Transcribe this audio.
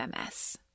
MS